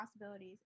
possibilities